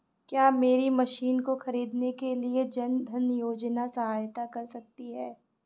क्या मेरी मशीन को ख़रीदने के लिए जन धन योजना सहायता कर सकती है?